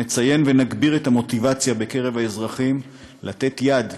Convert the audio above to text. נציין ונגביר את המוטיבציה בקרב האזרחים לתת יד,